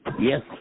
Yes